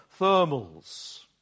thermals